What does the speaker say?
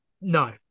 no